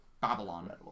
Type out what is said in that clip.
Babylon